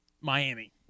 Miami